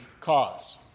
cause